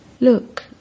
Look